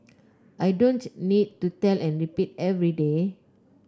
I don't need to tell and repeat every day